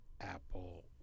Apple